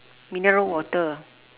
mineral water